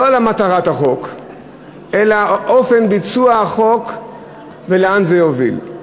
לא על מטרת החוק אלא על אופן ביצוע החוק ולאן זה יוביל.